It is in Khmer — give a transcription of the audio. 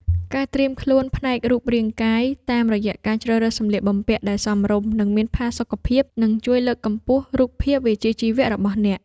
ការត្រៀមខ្លួនផ្នែករូបរាងកាយ តាមរយៈការជ្រើសរើសសម្លៀកបំពាក់ដែលសមរម្យ និងមានផាសុកភាព នឹងជួយលើកកម្ពស់រូបភាពវិជ្ជាជីវៈរបស់អ្នក។